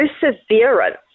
perseverance